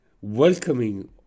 welcoming